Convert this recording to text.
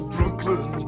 Brooklyn